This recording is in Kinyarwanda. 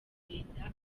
kugenda